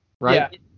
right